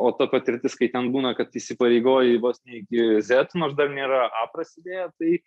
o ta patirtis kai ten būna kad įsipareigoji vos ne iki zet nors dar nėra a prasidėjo tai